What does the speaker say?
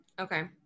okay